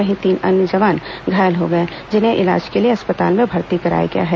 वहीं तीन अन्य जवान घायल हो गए जिन्हें इलाज के लिए अस्पताल में भर्ती कराया गया है